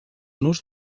nus